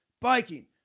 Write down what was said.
biking